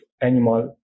animal